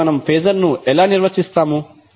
కాబట్టి మనము ఫేజర్ ను ఎలా నిర్వచిస్తాము